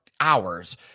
hours